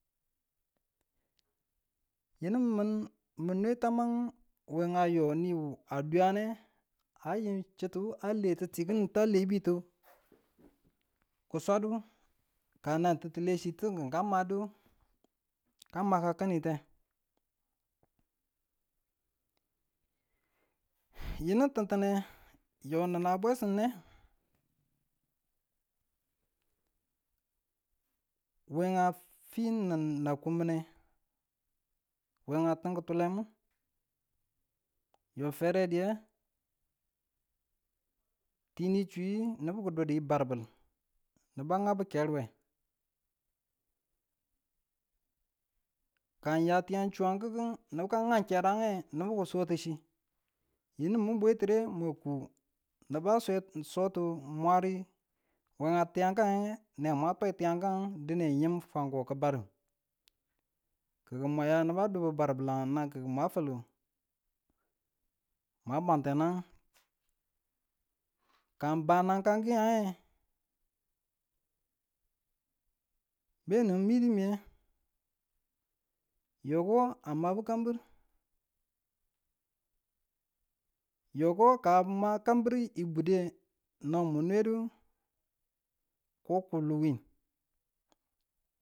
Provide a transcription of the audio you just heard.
Yinu mun, mu nwe tamang we a yo nimu a diyane a yi chutuwu wa letu ti wa lebiti, ki swedu kanang ti̱tilechitu ka madu, ka maka ki̱nite yini tintinne yo nina bwesunme we a fi nu na kunmine, a kum ki̱tule yo fware diye, yini chiwu nibu ki nabu deerbil niba ngau keerwe, kan ya tkiku tiyan chungakiku niba ngau keeringe nibu ki sootichi, yinu min bwetire mwan kubu niba see sooti mwari we tiyange nema tai tiyange dine ying fwako ki badu, kiku mwa yang nibu barbilang nan dudu mwan fulu, mun mwan tengang kan banakangliyang benu midu miye, yeko a mabu kambir, yeko ka ma kambiru budde no mi nwedu ko kuul wiin.